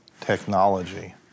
technology